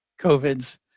COVIDs